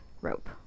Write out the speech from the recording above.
rope